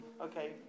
okay